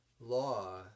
law